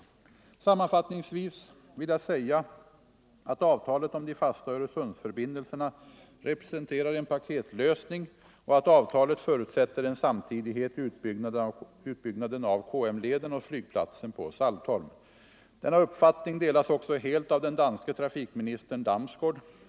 bindelserna Sammanfattningsvis vill jag säga att avtalet om de fasta Öresundsförbindelserna representerar en paketlösning och att avtalet förutsätter en samtidighet i utbyggnaden av KM-leden och flygplatsen på Saltholm. Denna uppfattning delas också helt av den danske trafikministern Damsgaard.